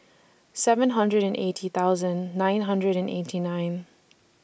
seven hundred and eighty thousand nine hundred and eighty nine